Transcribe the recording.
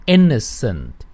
Innocent